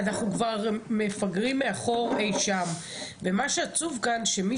אנחנו כבר מפגרים מאחור אי שם ומה שעצוב כאן שמי